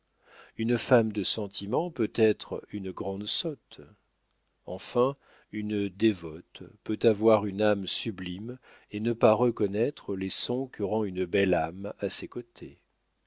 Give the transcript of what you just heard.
une femme de sentiment peut être une grande sotte enfin une dévote peut avoir une âme sublime et ne pas reconnaître les sons que rend une belle âme à ses côtés